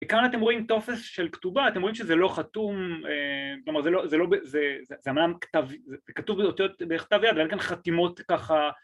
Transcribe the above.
כאן אתם רואים טופס של כתובה, אתם רואים שזה לא חתום, כלומר זה לא, זה לא ב... זה אמנם כתב... כתוב באותיות בכתב יד, ואין כאן חתימות ככה